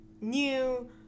new